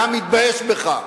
היה מתבייש בך.